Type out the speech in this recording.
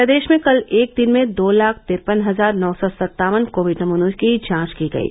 प्रदेश में कल एक दिन में दो लाख तिरपन हजार नौ सौ सत्तावन कोविड नमूनों की जांच की गयी